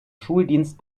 schuldienst